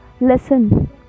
listen